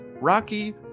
rocky